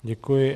Děkuji.